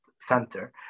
Center